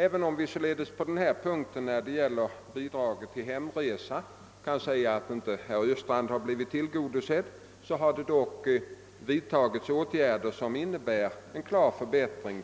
även om vi således när det gäller bidraget till hemresa kan säga att herr Östrand inte har blivit tillgodosedd har det dock vidtagits åtgärder som innebär en klar förbättring